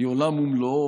היא עולם ומלואו,